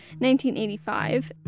1985